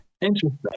Interesting